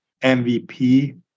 MVP